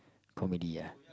comedy ya